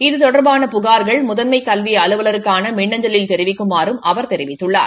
இது தொடா்பான புகா்கள் முதன்மை கல்வி அலுவலருக்கான மின் அஞ்சலில் தெரிவிக்குமாறும் அவா தெரிவித்துள்ளார்